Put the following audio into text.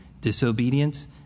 Disobedience